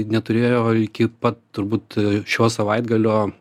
neturėjo iki pat turbūt šio savaitgalio